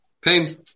pain